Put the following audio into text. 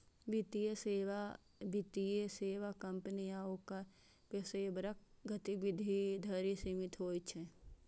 वित्तीय सेवा वित्तीय सेवा कंपनी आ ओकर पेशेवरक गतिविधि धरि सीमित होइ छै